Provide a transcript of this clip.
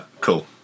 cool